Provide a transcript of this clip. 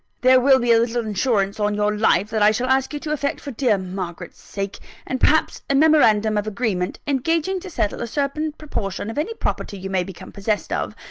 there will be a little insurance on your life, that i shall ask you to effect for dear margaret's sake and perhaps, a memorandum of agreement, engaging to settle a certain proportion of any property you may become possessed of,